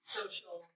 social